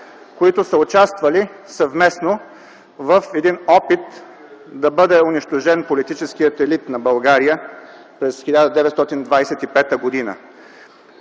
които са участвали съвместно в един опит да бъде унищожен политическият елит на България през 1925 г.